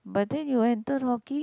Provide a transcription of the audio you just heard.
but then you enter hockey